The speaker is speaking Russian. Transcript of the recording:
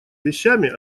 вещами